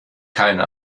keine